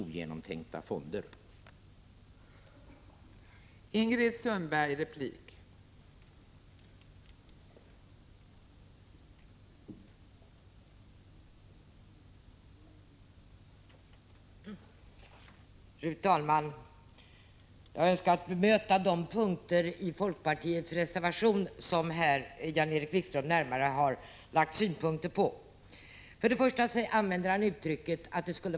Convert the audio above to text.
1985/86:128 ogenomtänkta fonder. 25 april 1986